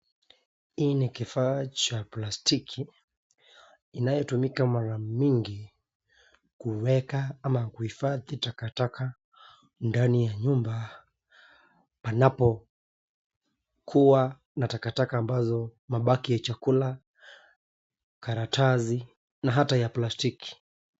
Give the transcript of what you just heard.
Hii ni kifaa cha plastiki, inayotumika mara mingi kuweka ama kuhifadhi takataka ndani ya nyumba panapo kuwa na takataka ambazo, mabaki ya chakula, karatasi na hata ya plastiki.